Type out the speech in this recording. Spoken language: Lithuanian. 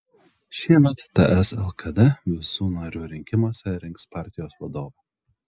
šiemet ts lkd visų narių rinkimuose rinks partijos vadovą